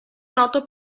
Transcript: noto